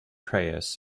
prayers